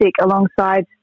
alongside